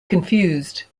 confused